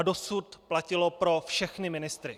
Dosud platilo pro všechny ministry.